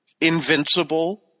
Invincible